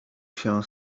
się